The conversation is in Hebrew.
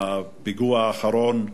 מהפיגוע האחרון,